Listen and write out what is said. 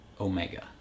Omega